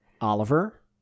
Oliver